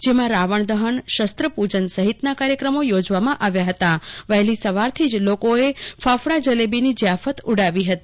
જમાં રાવજાદહનશ્રસ્ત્રપુજન સહિતના કાર્યક્રમો યોજવામાં આવ્યા હતા વહેલી સવારથી જ લોકોએ કાકડા જલેબીની જયાકત બહારો હતી